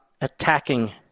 attacking